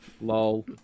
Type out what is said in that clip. Lol